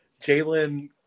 Jalen